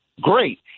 great